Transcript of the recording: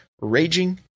Raging